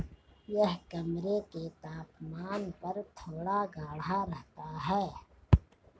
यह कमरे के तापमान पर थोड़ा गाढ़ा रहता है